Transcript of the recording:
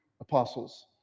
apostles